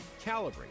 Calibrate